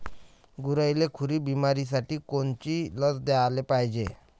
गुरांइले खुरी बिमारीसाठी कोनची लस द्याले पायजे?